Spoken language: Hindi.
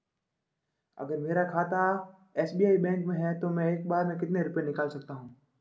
अगर मेरा खाता एस.बी.आई बैंक में है तो मैं एक बार में कितने रुपए निकाल सकता हूँ?